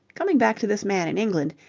coming back to this man in england,